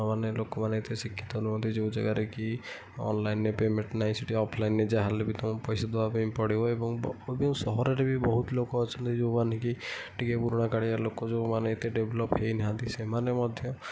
ମାନେ ଲୋକମାନେ ଏତେ ଶିକ୍ଷିତ ନୁହଁନ୍ତି ଯେଉଁ ଜାଗାରେ କି ଅନଲାଇନ୍ରେ ପେମେଣ୍ଟ ନାହିଁ ସେଠି ଅଫଲାଇନ୍ରେ ଯାହା ହେଲେ ବି ତୁମକୁ ପଇସା ଦେବା ପାଇଁ ପଡ଼ିବ ଏବଂ ସହରରେ ବି ବହୁତ ଲୋକ ଅଛନ୍ତି ଯେଉଁମାନେ କି ଟିକେ ପୁରୁଣାକାଳିଆ ଲୋକ ଯେଉଁମାନେ ଏତେ ଡେଭଲପ୍ ହେଇନାହାଁନ୍ତି ସେମାନେ ମଧ୍ୟ